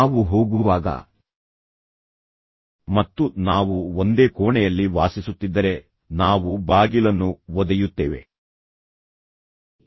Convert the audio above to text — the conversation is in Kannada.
ನಾವು ಹೋಗುವಾಗ ಮತ್ತು ನಾವು ಒಂದೇ ಕೋಣೆಯಲ್ಲಿ ವಾಸಿಸುತ್ತಿದ್ದರೆ ನಾವು ಬಾಗಿಲನ್ನು ಒದೆಯುತ್ತೇವೆ